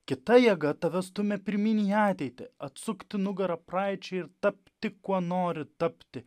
kita jėga tave stumia pirmyn į ateitį atsukti nugarą praeičiai ir tapti kuo nori tapti